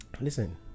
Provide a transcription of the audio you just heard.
Listen